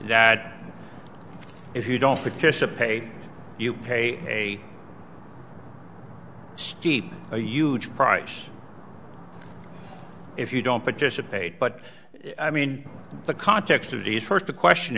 that if you don't participate you pay a steep a huge price if you don't participate but i mean the context of it is first the question